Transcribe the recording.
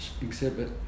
exhibit